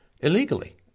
illegally